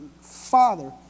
Father